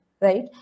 right